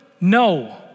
No